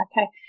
Okay